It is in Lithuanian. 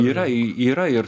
yra yra ir